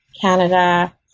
Canada